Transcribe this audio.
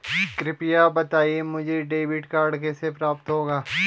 कृपया बताएँ मुझे डेबिट कार्ड कैसे प्राप्त होगा?